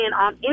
on